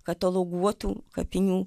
kataloguotų kapinių